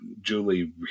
Julie